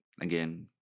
again